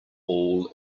all